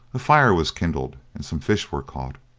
a fire was kindled and some fish were caught,